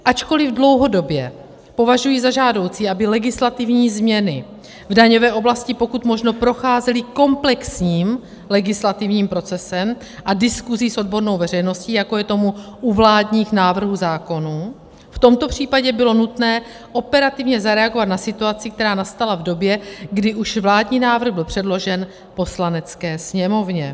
Ačkoliv dlouhodobě považuji za žádoucí, aby legislativní změny v daňové oblasti pokud možno procházely komplexním legislativním procesem a diskusí s odbornou veřejností, jako je tomu u vládních návrhů zákonů, v tomto případě bylo nutné operativně zareagovat na situaci, která nastala v době, kdy už vládní návrh byl předložen Poslanecké sněmovně.